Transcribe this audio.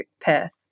Perth